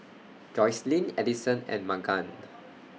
Joycelyn Edison and Magan